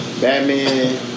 Batman